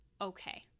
okay